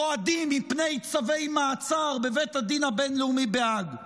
רועדים מפני צווי מעצר בבית הדין הבין-לאומי בהאג.